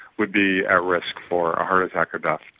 would be at risk for a heart attack or death.